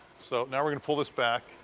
so now we're gonna pull this back.